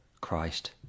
Christ